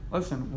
Listen